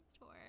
tour